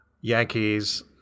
Yankees